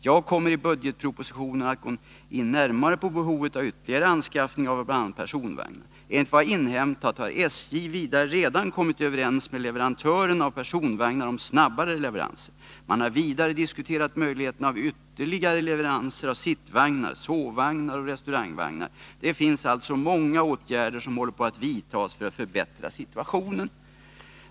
Jag kommer i budgetpropositionen att gå in närmare på behovet av ytterligare anskaffning av bl.a. personvagnar. Enligt vad jag inhämtat har SJ vidare redan kommit överens med leverantören av personvagnar om snabbare leveranser. Man har vidare diskuterat möjligheterna av ytterligare leveranser av sittvagnar, sovvagnar och restaurangvagnar. Det finns alltså många åtgärder som håller på att vidtas för att förbättra situationen.